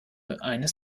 eines